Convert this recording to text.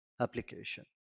application